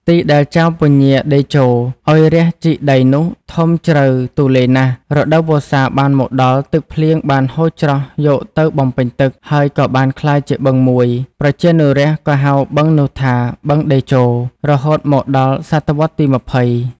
ទីដែលចៅពញាតេជោ ឱ្យរាស្ត្រជីកដីនោះធំជ្រៅទូលាយណាស់ រដូវវស្សាបានមកដល់ទឹកភ្លៀងបានហូរច្រោះទៅបំពេញទឹក ហើយក៏បានក្លាយជាបឹងមួយ ប្រជានុរាស្ត្រ ក៌ហៅបឹងនោះថា "បឹងតេជោ" រហូតមកដល់ ស.វទី២០។